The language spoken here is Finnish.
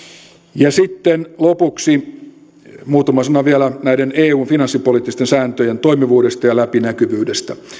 sitten lopuksi muutama sana vielä näiden eun finanssipoliittisten sääntöjen toimivuudesta ja läpinäkyvyydestä